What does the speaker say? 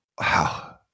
Wow